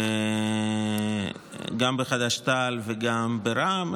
גם בחד"ש-תע"ל וגם ברע"מ.